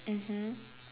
mmhmm